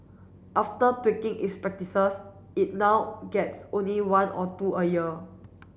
after tweaking its practices it now gets only one or two a year